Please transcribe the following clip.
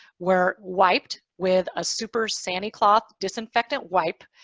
were wiped with a super sanicloth disinfectant wipe,